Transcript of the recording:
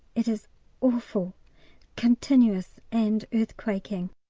it is awful continuous and earthquaking.